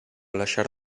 lasciar